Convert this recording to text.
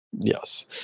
Yes